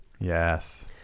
Yes